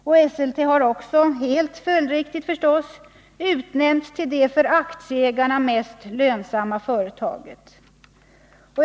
Och Esselte har också helt följdriktigt utnämnts till det för aktieägarna mest lönsamma företaget.